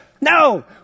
No